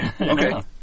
Okay